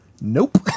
nope